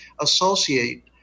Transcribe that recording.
associate